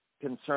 concern